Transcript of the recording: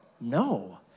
No